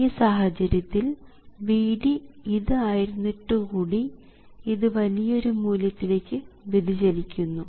ഈ സാഹചര്യത്തിൽ Vd ഇത് ആയിരുന്നിട്ടുകൂടി ഇത് വലിയൊരു മൂല്യത്തിലേക്കു വ്യതിചലിക്കുന്നു